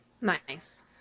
nice